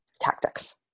tactics